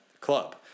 club